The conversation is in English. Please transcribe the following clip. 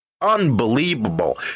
Unbelievable